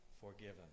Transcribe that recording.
forgiven